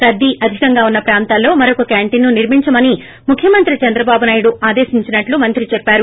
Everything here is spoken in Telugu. రద్దీ అధికంగా ఉన్స ప్రాంతాల్లో మరోక క్యాంటీన్ను నిర్మించమని ముఖ్యమంత్రి చంద్రబాబు నాయుడు ఆదేశించినట్లు మంత్రి చెప్పారు